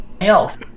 else